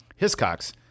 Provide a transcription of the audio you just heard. Hiscox